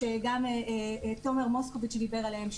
שתומר מוסקוביץ' דיבר עליהם,